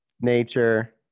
nature